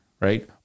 right